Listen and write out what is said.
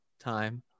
time